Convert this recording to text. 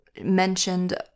mentioned